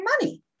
money